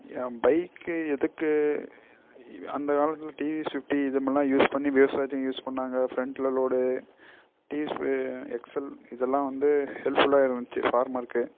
என் bike எதுக்கு அந்த காலத்தில் டிவிஎஸ் ஃபிஃப்டி இதுமெல்லாம் யூஸ் பண்ணி விவசாஜி யூஸ் பண்ணாங்க ஃப்ரெண்ட்டில் லோடு டிவிஎஸ் வே எக்ஸ்எல் இதெல்லாம் வந்து ஹெல்ப்ஃபுல்லாக இருந்துச்சு ஃபார்மருக்கு